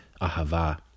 Ahava